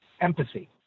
empathy